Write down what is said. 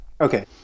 Okay